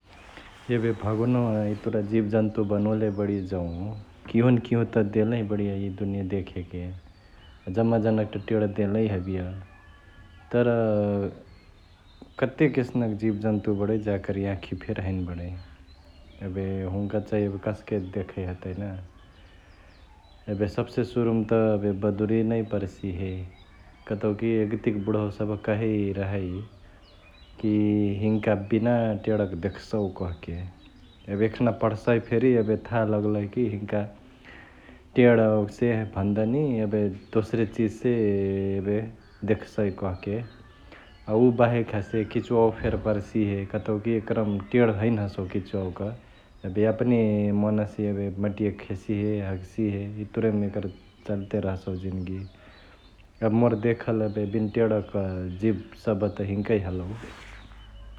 एबे भागवनवा यतुरा जिबजन्तु बनोले बडिअ जौं किहोनकिहोत देलहिंबडिअ ए दुनिया देखेके जामा के त टेंण देलहिंबडिअ तर कतेक यसनक जिबजन्तु बडै जाकर यांखी फेरी हैने बडै । एबे हुन्का चांही एबे कस्के देखै हतै ना । एबे सब्से सुरुमा त एबे बदुरिया नै पर्सिहे कतौकी यगती क बुढावा सभ कहई रहईकी हिन्का बिना टेंणक देखउ कहके एबे एखना पढसही फेरी थाह लगलही कि हिन्का टेंणवा से भन्दा नि एबे दोश्रे चिज से एबे देख्सयी कहके । अ उ बाहेक हसे किचुउवा फेरी पर्सिहे कतौकी एक्रमा टेंण हैने हसौ किचुउवा क, एबे यपने मनसे मटिया खेशिहे, हगसिहे । यितुरे म चल्ते रहसउ जिन्दगी । एबे मोर देखल एबे बिनटेंणक जिब सभ त हिन्कही हलउ ।